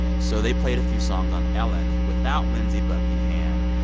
so they played a few songs on ellen without lindsey buckingham.